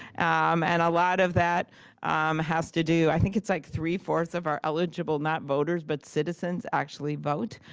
um and a lot of that has to do, i think it's like three-fourths of our eligible not voters, but citizens actually vote.